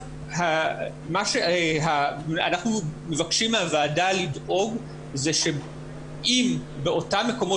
אנחנו מבקשים מהוועדה לדאוג שאם באותם מקומות